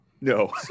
No